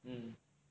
mm